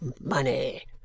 money